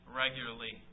regularly